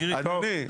כן, בבקשה.